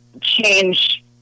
Change